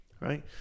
right